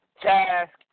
task